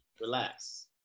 relax